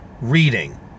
reading